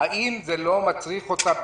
האם זה לא מצריך אותה,